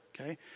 Okay